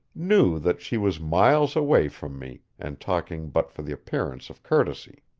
knew that she was miles away from me and talking but for the appearance of courtesy.